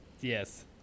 Yes